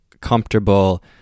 comfortable